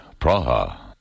Praha